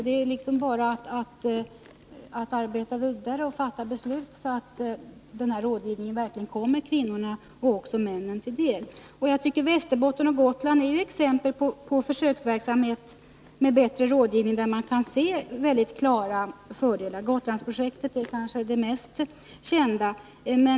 Det är alltså bara att arbeta vidare och fatta beslut så att rådgivningen verkligen kommer kvinnorna och även männen till del. I Västerbotten och på Gotland har vi exempel på försöksverksamhet med bättre rådgivning där vi kan se mycket klara fördelar. Gotlandsprojektet är kanske det mest kända.